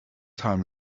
time